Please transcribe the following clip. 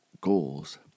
goals